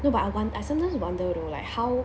no but I won~ I sometimes wonder though like how